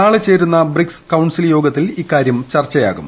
നാളെ ചേരുന്ന BRICS council യോഗത്തിൽ ഇക്കാര്യം ചർച്ചയാകും